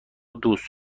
دوست